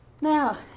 Now